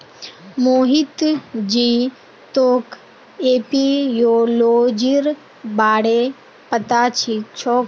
मोहित जी तोक एपियोलॉजीर बारे पता छोक